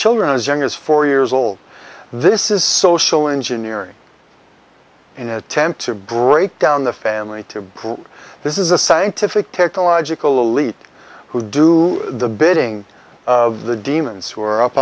children as young as four years old this is social engineering in an attempt to break down the family to prove this is a scientific technological elite who do the bidding of the demons who are up